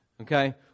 Okay